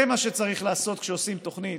זה מה שצריך לעשות כשעושים תוכנית,